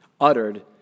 uttered